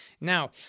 Now